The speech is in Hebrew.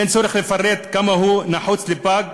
ואין צורך לפרט כמה הוא נחוץ לפג,